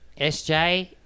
SJ